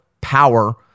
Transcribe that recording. power